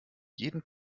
jeden